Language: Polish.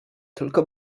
tylko